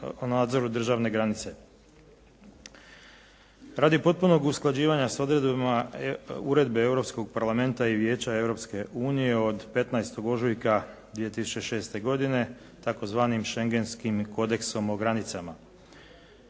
o nadzoru državne granice. Radi potpunog usklađivanja s odredbama uredbe Europskog parlamenta i Vijeća Europske unije od 15. ožujka 2006. godine tzv. Schengenskim kodeksom o granicama.